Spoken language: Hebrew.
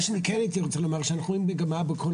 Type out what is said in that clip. מה שאני כן הייתי רוצה לומר זה שאנחנו רואים את המגמה בכל